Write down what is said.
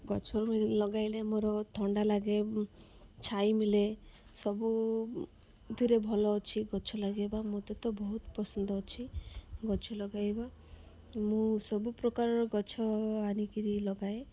ଗଛ ଲଗାଇଲେ ମୋର ଥଣ୍ଡା ଲାଗେ ଛାଇ ମିଳେ ସବୁ ଧରେ ଭଲ ଅଛି ଗଛ ଲଗାଇବା ମୋତେ ତ ବହୁତ ପସନ୍ଦ ଅଛି ଗଛ ଲଗାଇବା ମୁଁ ସବୁ ପ୍ରକାରର ଗଛ ଆଣି କରି ଲଗାଏ